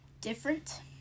Different